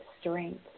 strength